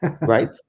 right